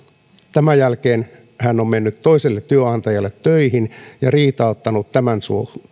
tämän jälkeen hän on mennyt toiselle työnantajalle töihin ja riitauttanut tämän